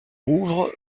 rouvre